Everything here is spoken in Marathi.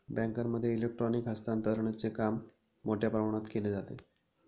बँकांमध्ये इलेक्ट्रॉनिक हस्तांतरणचे काम मोठ्या प्रमाणात केले जाते